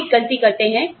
आप एक गलती करते हैं